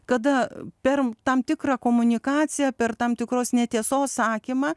kada per tam tikrą komunikaciją per tam tikros netiesos sakymą